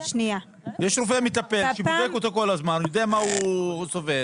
יש רופא מטפל שבודק אותו כל הזמן ויודע ממה הוא סובל,